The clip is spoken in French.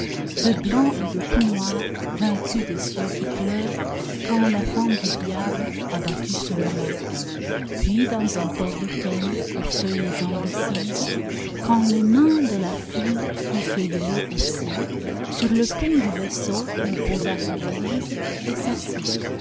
de blancs et de tout noirs vaincus des cieux qui pleuvent quand la femme du diable a battu son amant puis dans un port d'automne aux feuilles indécises quand les mains de la foule y feuillolaient aussi sur le pont du vaisseau il posa sa valise et s'assit